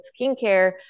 skincare